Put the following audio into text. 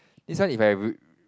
this one if I re~